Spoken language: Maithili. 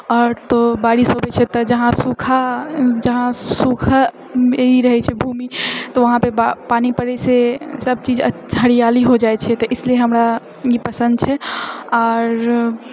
आओर तो बारिश होबे छै तो जहाँ सूखा जहाँ सूखा ई रहैत छै भूमि तो उहाँ पे बा पानि पड़ए से सभ चीज हरियाली हो जाइत छै तऽ इसलिए हमरा ई पसन्द छै आओर